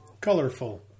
Colorful